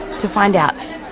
to find out,